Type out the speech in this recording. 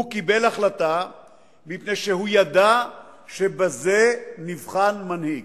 הוא קיבל החלטה מפני שהוא ידע שבזה נבחן מנהיג.